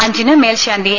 അഞ്ചിന് മേൽശാന്തി എ